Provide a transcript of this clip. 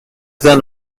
than